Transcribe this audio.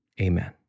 Amen